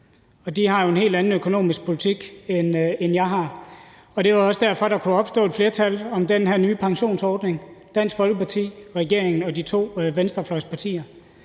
de har jo en helt anden økonomisk politik, end jeg har. Det var også derfor, der kunne opstå et flertal for den her nye pensionsordning med Dansk Folkeparti, regeringen og de to venstrefløjspartier,